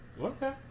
Okay